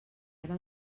ara